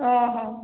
ଓଃ